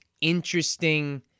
interesting